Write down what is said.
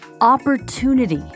Opportunity